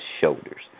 shoulders